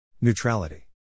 neutrality